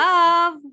Love